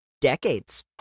decades